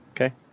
Okay